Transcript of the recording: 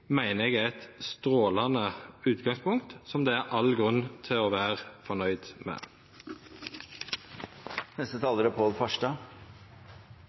meiner eg er eit strålande utgangspunkt som det er all grunn til å vera fornøgd med. Jeg velger å ta utgangspunkt i at romindustrien er